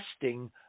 testing